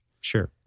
Sure